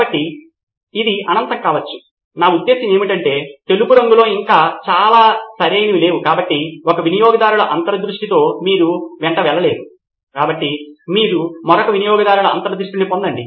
కాబట్టి ఇది అనంతం కావచ్చు నా ఉద్దేశ్యం ఏమిటంటే తెలుపు రంగులో ఇంకా చాలా సరైనవి లేవు కాబట్టి ఒక వినియోగదారుల అంతర్దృష్టితో మీరు వెంట వెళ్ళలేరు కాబట్టి మరొక వినియోగదారుల అంతర్దృష్టిని పొందండి